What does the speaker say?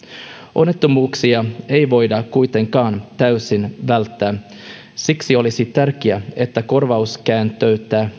onnettomuuksia ei voida kuitenkaan täysin välttää siksi olisi tärkeää että korvauskäytäntö